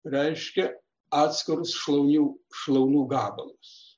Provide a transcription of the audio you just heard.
reiškia atskirus šlaunių šlaunų gabalus